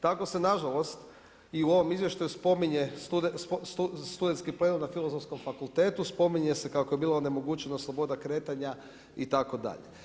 Tako se na žalost i u ovom izvještaju spominje studentski plenum na Filozofskom fakultetu, spominje se kako je bilo onemogućena sloboda kretanja itd.